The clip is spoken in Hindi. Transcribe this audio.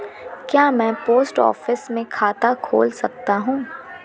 क्या मैं पोस्ट ऑफिस में खाता खोल सकता हूँ?